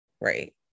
right